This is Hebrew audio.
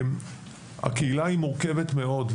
הקהילה היא מורכבת מאוד,